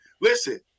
listen